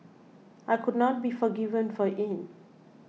I could not be forgiven for it